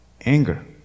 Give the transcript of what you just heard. anger